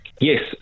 Yes